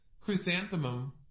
chrysanthemum